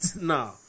No